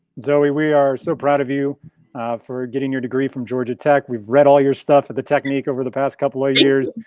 zoie, we we are so proud of you for getting your degree from georgia tech. we've read all your stuff at the technique over the past couple of years.